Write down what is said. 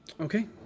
okay